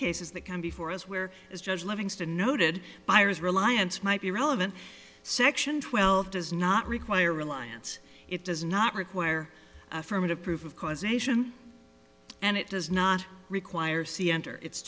cases that come before us where as judge livingston noted buyers reliance might be relevant section twelve does not require reliance it does not require affirmative proof of causation and it does not require